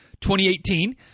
2018